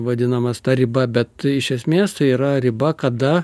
vadinamas ta riba bet iš esmės tai yra riba kada